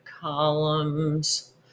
columns